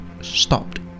stopped